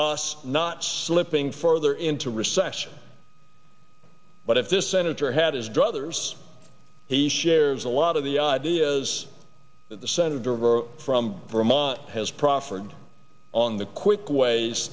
us not slipping further into recession but if this senator had his druthers he shares a lot of the ideas that the senator wrote from vermont has proffered on the quick ways